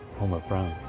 home of brown.